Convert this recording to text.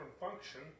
function